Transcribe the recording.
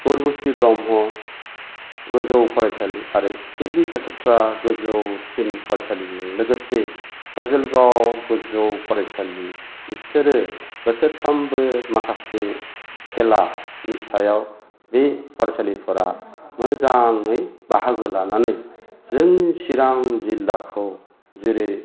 उरबुसि ब्रह्म गोजौ फरायसालि आरो सिडलि खासेथ्रा गोजौसिन फारायसालिजों लोगोसे काजोलगाव गोजौ फरायसालि बिसोरो बोसोरफ्रामबो माखासे खेलानि सायाव बे फरायसालिफोरा मोजाङै बाहागो लानानै जोंनि चिरां जिल्लाखौ जेरै